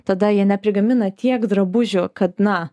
tada jie neprigamina tiek drabužių kad na